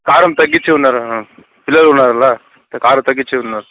కారం తగ్గించమన్నారు పిల్లలు ఉన్నారు కదా కారం తగ్గించమన్నారు